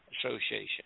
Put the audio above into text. Association